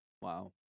Wow